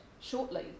shortly